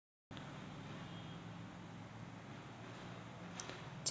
चहाच्या पॅकेजिंगमुळे प्लास्टिकची मागणी वाढते